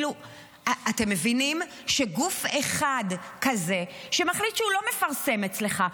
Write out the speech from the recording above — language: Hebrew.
אתם מבינים שגוף אחד כזה שמחליט שהוא לא מפרסם אצלך,